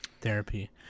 Therapy